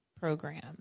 program